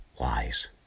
wise